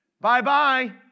bye-bye